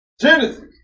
Genesis